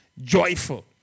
joyful